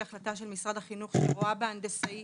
החלטה של משרד החינוך שהוא רואה בהנדסאי